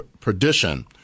perdition